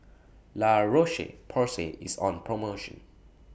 La Roche Porsay IS on promotion